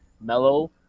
mellow